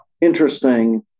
Interesting